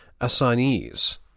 assignees